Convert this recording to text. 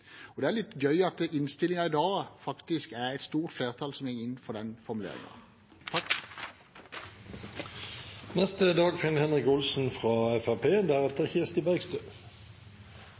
Det er litt gøy at det i innstillingen i dag faktisk er et stort flertall som går inn for disse formuleringene. Noen av momentene i representantforslaget fra